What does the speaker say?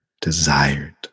desired